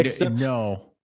No